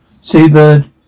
Seabird